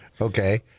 Okay